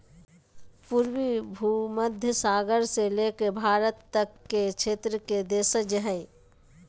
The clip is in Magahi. पूर्वी भूमध्य सागर से लेकर भारत तक के क्षेत्र के देशज हइ